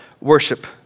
worship